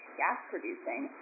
gas-producing